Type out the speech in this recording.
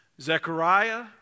Zechariah